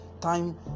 time